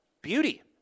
Beauty